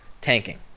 tanking